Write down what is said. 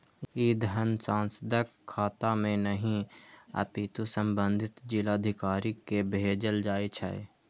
ई धन सांसदक खाता मे नहि, अपितु संबंधित जिलाधिकारी कें भेजल जाइ छै